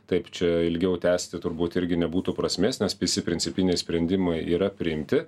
taip čia ilgiau tęsti turbūt irgi nebūtų prasmės nes visi principiniai sprendimai yra priimti